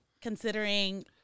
considering